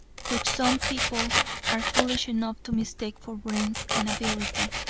which some people are foolish enough to mistake for brains and ability.